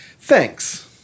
Thanks